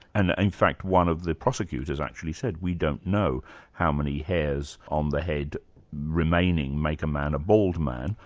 and in fact one of the prosecutors actually said, we don't know how many hairs on the head remaining make a man a bald man,